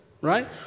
right